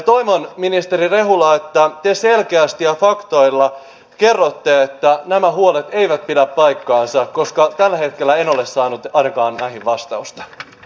toivon ministeri rehula että te selkeästi ja faktoilla kerrotte että nämä huolet eivät pidä paikkaansa koska tällä hetkellä en ole saanut ainakaan näihin vastausta